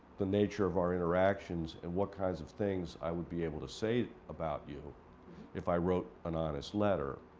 the nature of our interactions and what kinds of things i would be able to say about you if i wrote an honest letter.